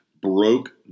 broke